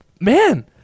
man